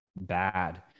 bad